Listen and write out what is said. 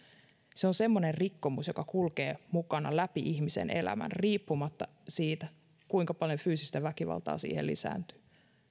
se on semmoinen rikkomus joka kulkee mukana läpi ihmisen elämän riippumatta siitä kuinka paljon fyysistä väkivaltaa siihen